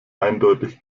eindeutig